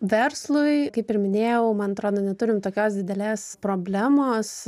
verslui kaip ir minėjau man atrodo neturim tokios didelės problemos